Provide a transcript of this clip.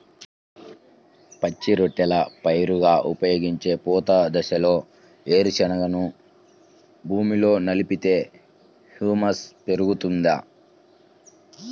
పచ్చి రొట్టెల పైరుగా ఉపయోగించే పూత దశలో వేరుశెనగను భూమిలో కలిపితే హ్యూమస్ పెరుగుతుందా?